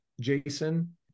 jason